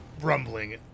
rumbling